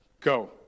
go